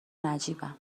نجیبن